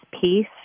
peace